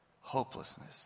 hopelessness